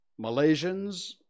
Malaysians